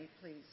please